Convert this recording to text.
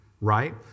Right